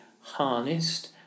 harnessed